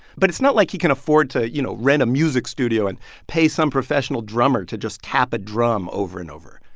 but it's not like he can afford to, you know, rent a music studio and pay some professional drummer to just tap a drum over and over.